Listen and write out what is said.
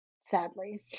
sadly